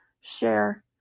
share